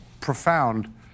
profound